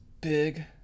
big